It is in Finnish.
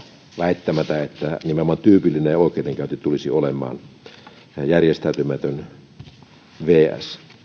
väittämää että tyypillinen oikeudenkäynti tulisi olemaan nimenomaan järjestäytymätön